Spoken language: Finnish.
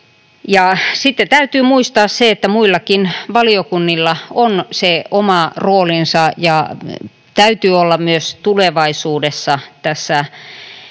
Sitten täytyy muistaa se, että muillakin valiokunnilla on se oma roolinsa ja täytyy olla myös tulevaisuudessa myös tämän